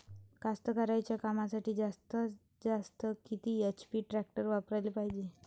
कास्तकारीच्या कामासाठी जास्तीत जास्त किती एच.पी टॅक्टर वापराले पायजे?